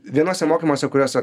vienuose mokymuose kuriuose